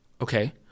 okay